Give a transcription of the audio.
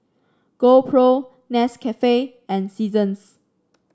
GoPro Nescafe and Seasons